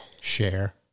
Share